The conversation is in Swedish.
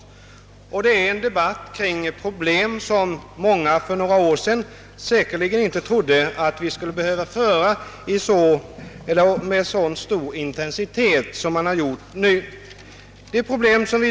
Det är en debatt om problem som många för några år sedan säkerligen inte trodde vi skulle behöva föra med så stor intensitet.